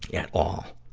at all.